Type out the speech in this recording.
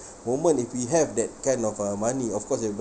moment if we have that kind of uh money of course ya bro